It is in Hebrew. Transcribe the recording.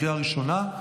לקריאה ראשונה.